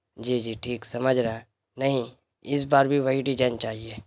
جی جی ٹھیک سمجھ رہے نہیں اس بار بھی وہی ڈیجائن چاہیے